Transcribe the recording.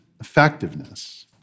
effectiveness